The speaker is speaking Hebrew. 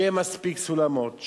שיהיו מספיק סולמות,